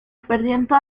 perdiendo